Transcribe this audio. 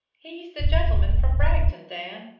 he's the gentl'man from bragton, dan.